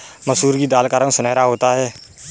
मसूर की दाल का रंग सुनहरा होता है